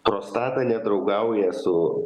prostata nedraugauja su